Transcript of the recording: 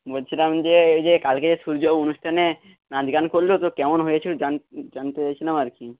বলছিলাম যে ওই যে কালকে যে সূর্য অনুষ্ঠানে নাচ গান করল তো কেমন হয়েছিল জানতে চাইছিলাম আর কি